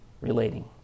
relating